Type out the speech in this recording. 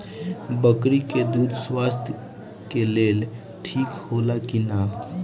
बकरी के दूध स्वास्थ्य के लेल ठीक होला कि ना?